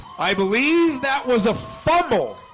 i believe that was a fumble